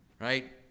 right